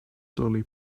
slowly